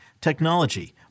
technology